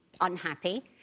unhappy